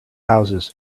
houses